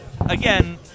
again